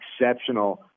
exceptional